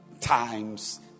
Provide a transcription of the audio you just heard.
times